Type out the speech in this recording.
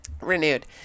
renewed